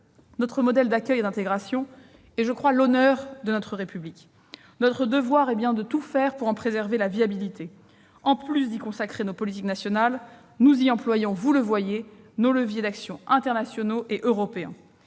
notre modèle d'accueil et d'intégration est, je le crois, l'honneur de notre République. Notre devoir est bien de tout faire pour en préserver la viabilité. En plus d'y consacrer nos politiques nationales, nous y employons, vous le voyez, nos leviers d'action internationaux et européens.